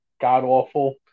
god-awful